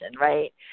right